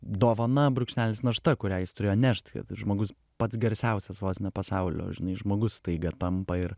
dovana brūkšnelis našta kurią jis turėjo nešt kad žmogus pats garsiausias vos ne pasaulio žinai žmogus staiga tampa ir